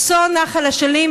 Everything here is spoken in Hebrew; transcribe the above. אסון נחל אשלים,